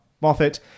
Moffat